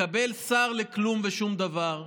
לקבל שר לכלום ושום דבר.